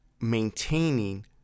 maintaining